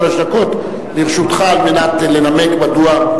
שלוש דקות לרשותך על מנת לנמק מדוע.